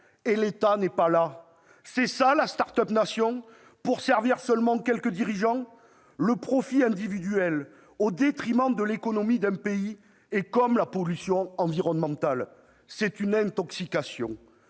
et l'État n'est pas là. C'est ça, la ? Pour servir seulement quelques dirigeants ? Le profit individuel au détriment de l'économie d'un pays est comme la pollution environnementale : c'est une intoxication.